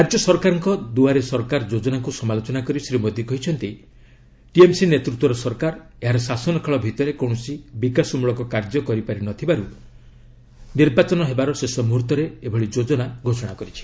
ରାଜ୍ୟ ସରକାରଙ୍କ ଦୁଆରେ ସରକାର ଯୋଜନାକୁ ସମାଲୋଚନା କରି ଶ୍ରୀ ମୋଦୀ କହିଛନ୍ତି ଟିଏମ୍ସି ନେତୃତ୍ୱର ସରକାର ଏହାର ଶାସନକାଳ ଭିତରେ କୌଣସି ବିକାଶମ୍ଭଳକ କାର୍ଯ୍ୟ କରିନପାରିଥିବାରୁ ସେ ନିର୍ବାଚନ ହେବାର ଶେଷମୁହ୍ରର୍ତ୍ତରେ ଏହି ଯୋଜନା ଘୋଷଣା କରିଛି